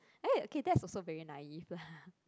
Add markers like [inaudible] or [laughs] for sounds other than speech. [noise] okay that's also very naive lah [laughs]